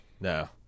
no